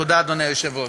תודה, אדוני היושב-ראש.